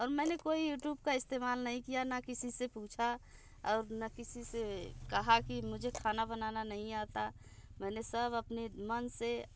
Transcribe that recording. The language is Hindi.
और मैंने कोई यूटूब का इस्तेमाल नहीं किया ना किसी से पूछा और ना किसी से कहा कि मुझे खाना बनाना नहीं आता मैंने सब अपने मन से